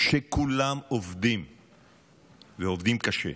כולם עובדים ועובדים קשה,